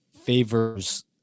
favors